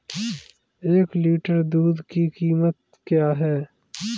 एक लीटर दूध की कीमत क्या है?